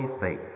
faith